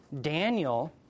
Daniel